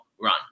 run